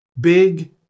big